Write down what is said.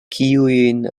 kiujn